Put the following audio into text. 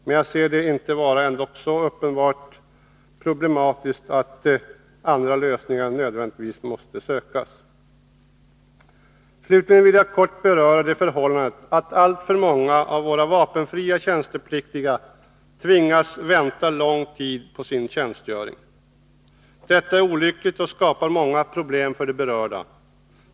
Men jag ser det här ändå inte som så uppenbart problematiskt att andra lösningar nödvändigtvis måste sökas. Slutligen vill jag kort beröra det förhållandet att alltför många av våra vapenfria tjänstepliktiga tvingas vänta lång tid på sin tjänstgöring. Detta är olyckligt och skapar många problem för de berörda.